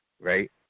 right